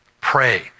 pray